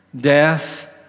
death